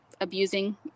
abusing